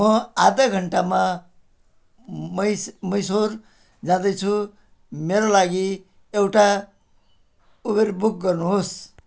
म आधा घन्टामा मै मैसुर जाँदैछु मेरो लागि एउटा उबर बुक गर्नुहोस्